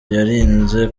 yirinze